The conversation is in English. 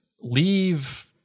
leave